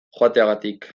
joateagatik